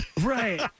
Right